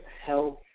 health